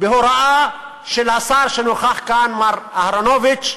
הוראה של השר שנוכח כאן, מר אהרונוביץ,